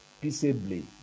peaceably